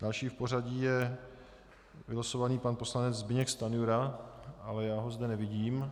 Další v pořadí vylosovaný pan poslanec Zbyněk Stanjura, ale já ho zde nevidím.